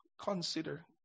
consider